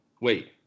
wait